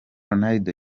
ronaldo